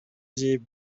җыеп